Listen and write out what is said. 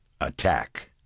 Attack